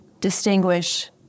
distinguish